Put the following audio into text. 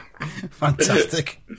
Fantastic